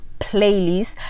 playlist